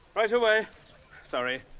right away sorry.